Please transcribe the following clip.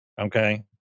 okay